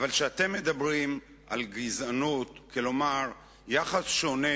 אבל כשאתם מדברים על גזענות, כלומר יחס שונה